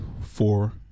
four